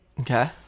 Okay